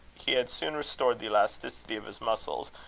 he had soon restored the elasticity of his muscles,